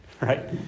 Right